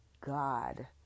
God